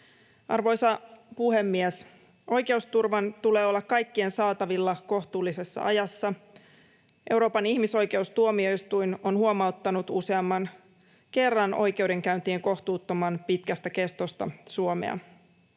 Arvoisa puhemies! Oikeusturvan tulee olla kaikkien saatavilla kohtuullisessa ajassa. Euroopan ihmisoikeustuomioistuin on huomauttanut Suomea useamman kerran oikeudenkäyntien kohtuuttoman pitkästä kestosta.